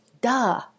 duh